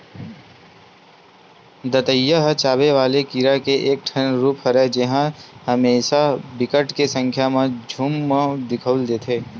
दतइया ह चाबे वाले कीरा के एक ठन रुप हरय जेहा हमेसा बिकट के संख्या म झुंठ म दिखउल देथे